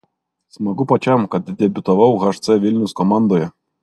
smagu pačiam kad debiutavau hc vilnius komandoje